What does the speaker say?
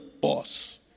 boss